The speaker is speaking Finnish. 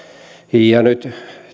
nyt